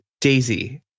Daisy